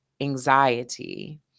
anxiety